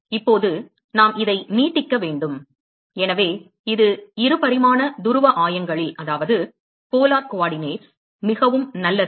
இப்போது நாம் இதை நீட்டிக்க வேண்டும் எனவே இது 2 பரிமாண துருவ ஆயங்களில் மிகவும் நல்லது